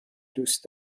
دوست